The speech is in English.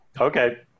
Okay